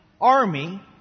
army